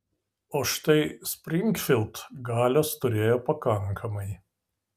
o štai springfild galios turėjo pakankamai